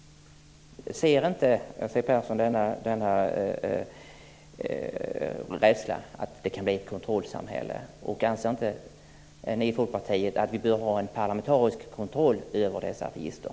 Ser inte Siw Persson denna rädsla för att det kan bli ett kontrollsamhälle? Anser inte ni i Folkpartiet att vi bör ha en parlamentarisk kontroll över dessa register?